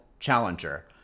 challenger